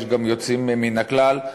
יש גם יוצאים מן הכלל.